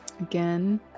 Again